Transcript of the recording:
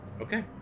Okay